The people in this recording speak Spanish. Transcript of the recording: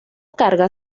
carga